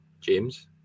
James